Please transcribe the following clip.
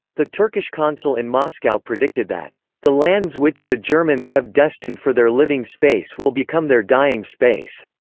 the turkish consul in moscow predicted that the lands which the germans have destined for their living space will become their dying space.